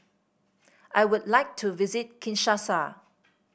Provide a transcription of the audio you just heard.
I would like to visit Kinshasa